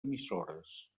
emissores